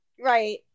Right